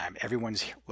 Everyone's